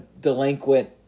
delinquent